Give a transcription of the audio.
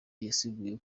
yasiguye